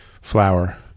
flower